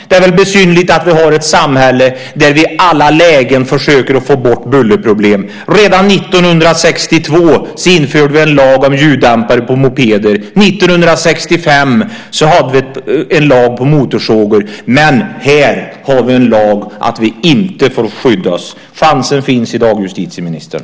Det är väl besynnerligt att vi har ett samhälle där vi i alla lägen försöker få bort bullerproblem - redan 1962 infördes en lag om ljuddämpare på mopeder och 1965 en lag om motorsågar - men här finns en lag som säger att vi inte får skydda oss. Chansen finns i dag, justitieministern.